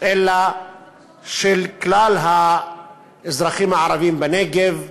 אלא של כלל האזרחים הערבים בנגב,